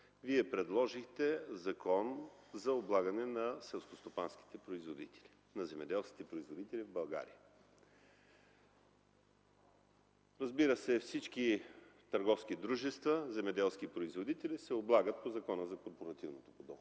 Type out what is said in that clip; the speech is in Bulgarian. Вие предложихте Закон за облагане на селскостопанските производители – на земеделските производители в България. Разбира се, всички търговски дружества – земеделски производители се облагат по Закона за корпоративното подоходно